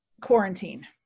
quarantine